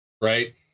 right